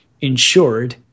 insured